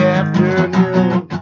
afternoon